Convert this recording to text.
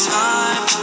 time